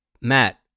Matt